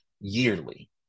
yearly